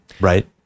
Right